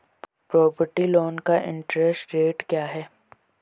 Property loan का interest rate क्या है?